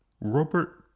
Robert